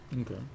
Okay